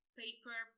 paper